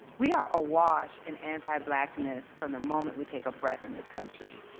we are awash in anti blackness from the moment we take a breath in this country.